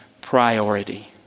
priority